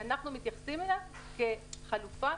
אנחנו מתייחסים אליו כחלופה,